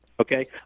Okay